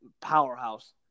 powerhouse